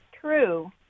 true